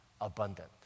abundant